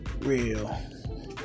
real